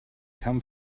come